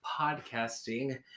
Podcasting